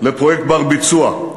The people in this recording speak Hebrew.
לפרויקט בר-ביצוע.